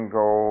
go